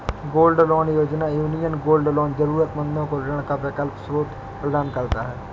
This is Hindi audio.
गोल्ड लोन योजना, यूनियन गोल्ड लोन जरूरतमंदों को ऋण का वैकल्पिक स्रोत प्रदान करता है